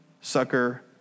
sucker